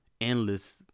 endless